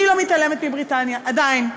אני לא מתעלמת מבריטניה, עדיין.